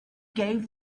gave